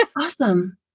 awesome